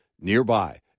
nearby